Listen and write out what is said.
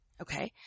Okay